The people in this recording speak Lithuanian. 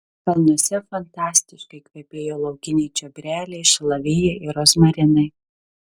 kalnuose fantastiškai kvepėjo laukiniai čiobreliai šalavijai rozmarinai